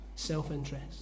self-interest